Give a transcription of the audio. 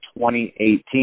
2018